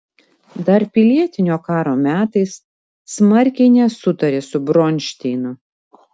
dar pilietinio karo metais smarkiai nesutarė su bronšteinu